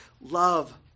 love